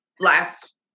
last